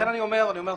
ולכן אני אומר ככה,